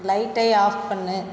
லைட்டை ஆஃப் பண்ணு